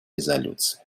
резолюции